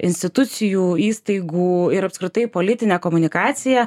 institucijų įstaigų ir apskritai politinę komunikaciją